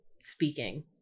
speaking